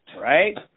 Right